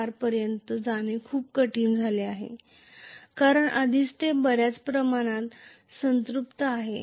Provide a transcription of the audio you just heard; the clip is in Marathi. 4 पर्यंत जाणे खूप कठीण झाले आहे कारण आधीच ते बऱ्याच प्रमाणात संतृप्त आहे